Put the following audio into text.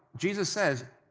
jesus says,